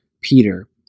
Peter